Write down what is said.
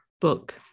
book